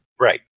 Right